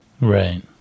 Right